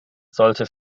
sollte